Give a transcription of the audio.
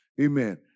Amen